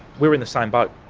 we're in the same boat.